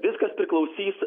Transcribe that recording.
viskas priklausys